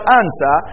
answer